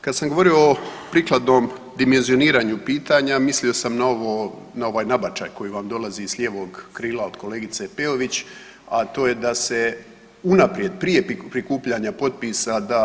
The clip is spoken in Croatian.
Kad sam govorio o prikladnom dimenzioniranju pitanja, mislio sam na ovo, na ovaj nabačaj koji vam dolazi s lijevog krila od kolegice Peović, a to je da se unaprijed, prije prikupljanja potpisa da